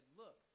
look